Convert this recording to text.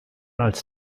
als